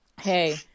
Hey